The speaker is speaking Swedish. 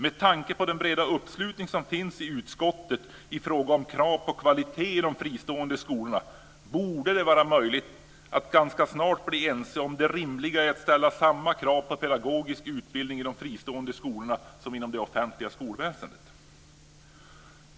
Med tanke på den breda uppslutning som finns i utskottet i fråga om krav på kvalitet i de fristående skolorna borde det vara möjligt att ganska snart bli ense om det rimliga i att ställa samma krav på pedagogisk utbildning i de fristående skolorna som man gör inom det offentliga skolväsendet.